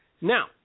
Now